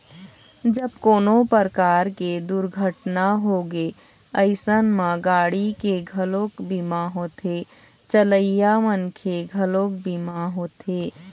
जब कोनो परकार के दुरघटना होगे अइसन म गाड़ी के घलोक बीमा होथे, चलइया मनखे के घलोक बीमा होथे